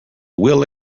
will